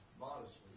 modestly